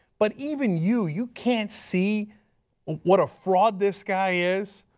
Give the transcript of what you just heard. but even you, you can't see what a fraud this guy is?